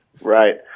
Right